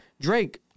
Drake